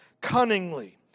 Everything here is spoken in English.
cunningly